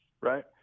right